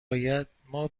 رویاهایمان